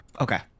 Okay